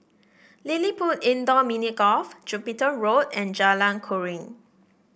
LilliPutt Indoor Mini Golf Jupiter Road and Jalan Keruing